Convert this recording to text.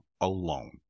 alone